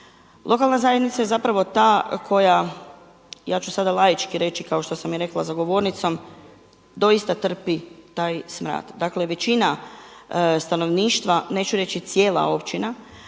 Lokalna zajednica je zapravo ta koja, ja ću sada laički reći kao što sam i rekla za govornicom doista trpi taj smrad. Dakle većina stanovništva, neću reći cijela općina,